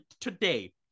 today